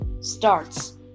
starts